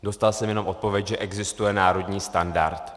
Dostal jsem jenom odpověď, že existuje národní standard.